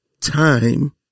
time